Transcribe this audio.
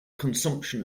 consumption